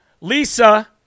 Lisa